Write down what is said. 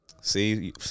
see